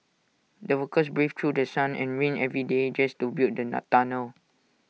the workers braved through sun and rain every day just to build the tunnel